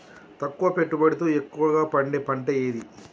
తక్కువ పెట్టుబడితో ఎక్కువగా పండే పంట ఏది?